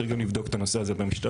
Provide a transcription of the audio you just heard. צריך גם לבדוק את הנושא הזה במשטרה,